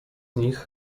nich